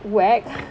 wack